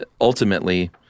ultimately